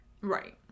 Right